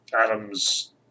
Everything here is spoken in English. Adam's